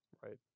Right